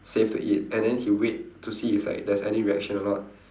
safe to eat and then he wait to see if like there's any reaction or not